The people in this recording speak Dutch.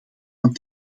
van